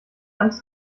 angst